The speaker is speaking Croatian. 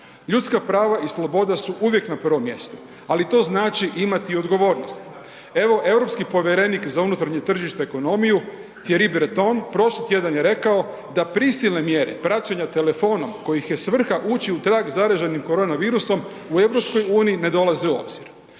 Ljudska prava i sloboda su uvijek na prvom mjestu, ali to znači imati odgovornost. Evo europski povjerenik za unutarnje tržište i ekonomiju Thierry Breton prošli tjedan je rekao da prisilne mjere praćenja telefonom kojih je svrha ući u trag zaraženim korona virusom u EU ne dolaze u obzir.